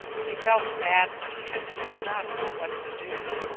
he felt badly, and he did not know what to do.